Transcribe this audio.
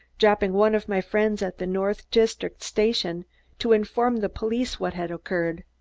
dropping one of my friends at the north district station to inform the police what had occurred.